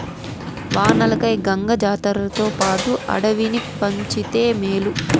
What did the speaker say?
వానలకై గంగ జాతర్లతోపాటు అడవిని పంచితే మేలు